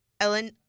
Ellen